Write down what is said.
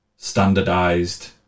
Standardized